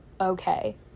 okay